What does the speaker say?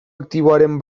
aktiboaren